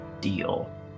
deal